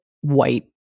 white